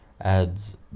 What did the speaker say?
adds